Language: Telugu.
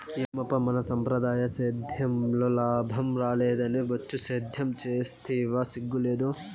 ఏమప్పా మన సంప్రదాయ సేద్యంలో లాభం రాలేదని బొచ్చు సేద్యం సేస్తివా సిగ్గు లేదూ